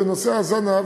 בנושא הזנה,